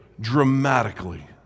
dramatically